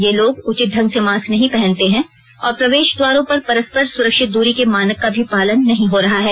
ये लोग उचित ढंग से मास्क नहीं पहनते हैं और प्रवेश द्वारों पर परस्पर सुरक्षित दूरी के मानक का भी पालन नहीं हो रहा है